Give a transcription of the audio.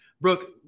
Brooke